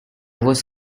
was